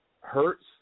hurts